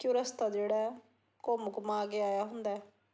ਜੋ ਰਸਤਾ ਜਿਹੜਾ ਘੁੰਮ ਘੁੰਮਾ ਕੇ ਆਇਆ ਹੁੰਦਾ